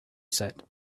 said